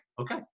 Okay